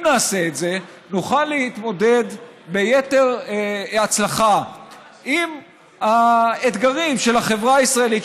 אם נעשה את זה נוכל להתמודד ביתר הצלחה עם האתגרים של החברה הישראלית,